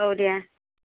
औ दे